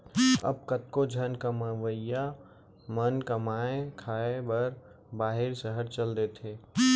अब कतको झन कमवइया मन कमाए खाए बर बाहिर सहर चल देथे